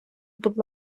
будь